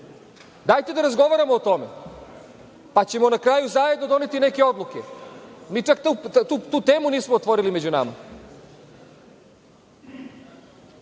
Dajte da razgovaramo o tome, pa ćemo na kraju zajedno doneti neke odluke. Mi čak tu temu nismo otvorili među nama. Kako